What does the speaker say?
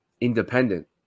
independent